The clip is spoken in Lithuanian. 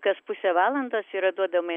kas pusę valandos yra duodama